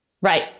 Right